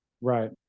Right